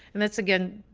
and that's, again,